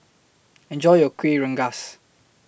Enjoy your Kuih Rengas